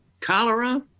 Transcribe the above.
cholera